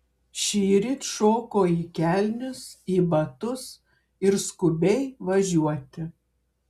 šįryt šoko į kelnes į batus ir skubiai važiuoti